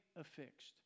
affixed